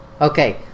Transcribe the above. Okay